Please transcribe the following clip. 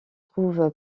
trouve